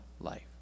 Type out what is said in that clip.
life